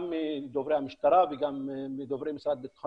גם מדוברי הממשלה וגם מדוברי המשרד לבטחון